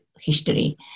history